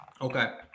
Okay